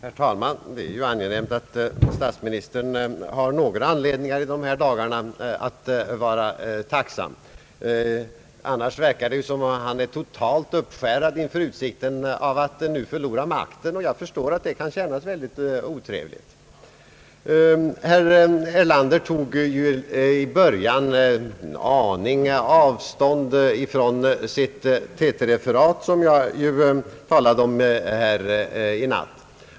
Herr talman! Det är angenämt att statsministern har någon anledning i dessa dagar att vara tacksam. Annars verkar det som om han vore totalt uppskärrad inför utsikten av att nu förlora makten. Jag förstår att det kan kännas mycket otrevligt. Herr Erlander tog till en början avstånd en aning från sitt TT-referat, som jag talade om här i natt.